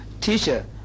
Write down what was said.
teacher